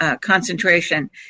concentration